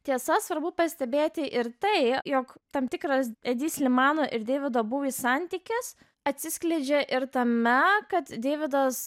tiesa svarbu pastebėti ir tai jog tam tikras edi slimano ir deivido būvi santykis atsiskleidžia ir tame kad deividas